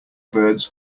birds